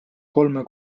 kolme